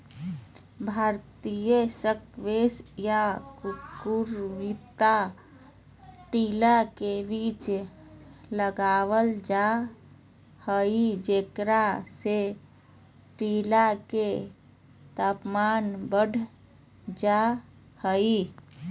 भारतीय स्क्वैश या कुकुरविता टीला के बीच लगावल जा हई, जेकरा से टीला के तापमान बढ़ जा हई